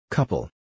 Couple